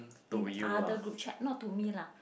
in other group chat not to me lah